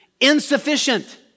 insufficient